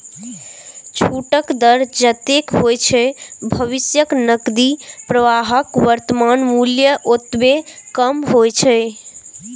छूटक दर जतेक होइ छै, भविष्यक नकदी प्रवाहक वर्तमान मूल्य ओतबे कम होइ छै